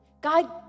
God